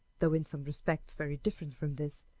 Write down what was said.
though in some respects very different from this,